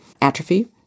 atrophy